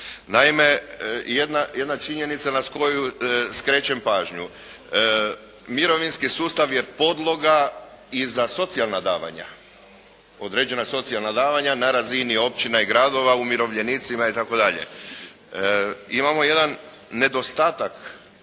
Naime, jedna činjenica na koju skrećem pažnju. Mirovinski sustav je podloga i za socijalna davanja, određena socijalna davanja na razini općina i gradova umirovljenicima itd. Imamo jedan nedostatak